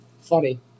Funny